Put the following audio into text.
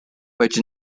which